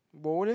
bo leh